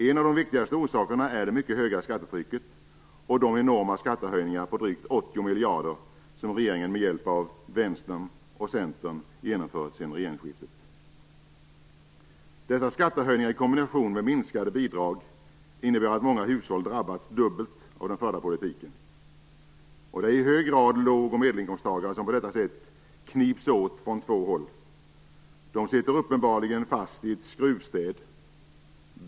En av de viktigaste orsakerna är det mycket höga skattetrycket och de enorma skattehöjningar på drygt 80 miljarder kronor som regeringen med hjälp av Dessa skattehöjningar i kombination med minskade bidrag innebär att många hushåll drabbats dubbelt av den förda politiken. Det är i hög grad låg och medelinkomsttagare som på detta sätt knips åt från två håll. De sitter uppenbarligen fast i ett skruvstäd.